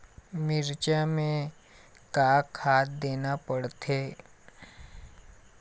मिरचा मे का खाद देना पड़थे?